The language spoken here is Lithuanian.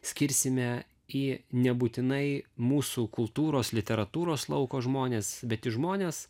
skirsime į nebūtinai mūsų kultūros literatūros lauko žmones bet į žmones